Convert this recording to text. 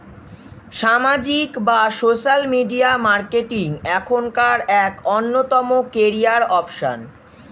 সামাজিক বা social media marketing এখনকার এক অন্যতম ক্যারিয়ার অপশন